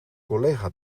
collega